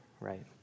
right